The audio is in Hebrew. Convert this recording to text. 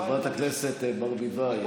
חברת הכנסת ברביבאי,